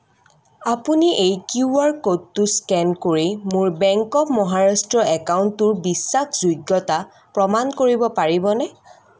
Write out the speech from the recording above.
আপুনি এই কিউআৰ ক'ডটো স্কেন কৰি মোৰ বেংক অৱ মহাৰাষ্ট্ৰ একাউণ্টটোৰ বিশ্বাসযোগ্যতা প্ৰমাণ কৰিব পাৰিবনে